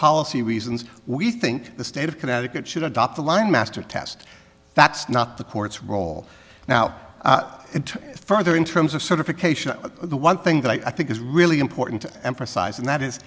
policy reasons we think the state of connecticut should adopt the line master test that's not the court's role now and further in terms of certification the one thing that i think is really important to emphasize and that is